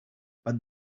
but